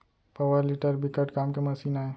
power tiller बिकट काम के मसीन आय